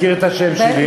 הוא הזכיר את השם שלי.